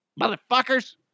motherfuckers